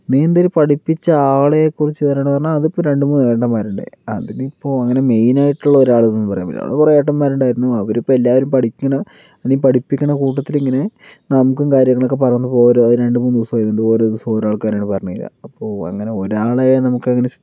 നീന്തൽ പഠിപ്പിച്ച ആളെ കുറിച്ച് പറയണം എന്ന് പറഞ്ഞാൽ അതിപ്പോൾ രണ്ടുമൂന്ന് ഏട്ടന്മാർ ഉണ്ട് അവരിപ്പോൾ അങ്ങനെ മെയിൻ ആയിട്ടുള്ള ഒരാള് എന്ന് പറയാൻ പറ്റില്ല അവിടെ കുറെ ഏട്ടന്മാരും ഉണ്ടായിരുന്നു അവരിപ്പോൾ എല്ലാവരും പഠിക്കണ അല്ലെങ്കിൽ പഠിപ്പിക്കണ കൂട്ടത്തിൽ ഇങ്ങനെ നമുക്കും കാര്യങ്ങളൊക്കെ പറഞ്ഞു തന്നു ഒരു രണ്ടുമൂന്നു ദിവസം കഴിയുമ്പോൾ ഓരോ ദിവസം ഓരോ ആൾക്കാരാണ് പറഞ്ഞുതരിക അപ്പോൾ അങ്ങനെ ഒരാളെ നമുക്ക് അങ്ങനെ